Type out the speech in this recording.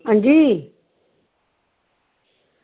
हां जी